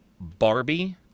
barbie